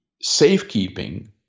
safekeeping